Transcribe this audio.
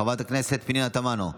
חברת הכנסת פנינה תמנו?